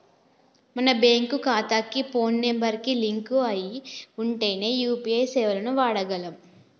మన బ్యేంకు ఖాతాకి phone number కి లింక్ అయ్యి ఉంటేనే యూ.పీ.ఐ సేవలను వాడగలం